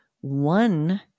one